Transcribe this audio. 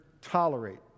tolerate